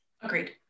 agreed